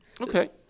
Okay